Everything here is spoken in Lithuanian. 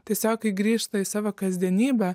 tiesiog kai grįžta į savo kasdienybę